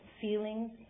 feelings